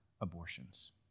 abortions